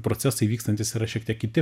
procesai vykstantys yra šiek tiek kiti